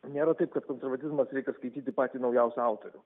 nėra taip kad konservatizmas reikia skaityti patį naujausią autorių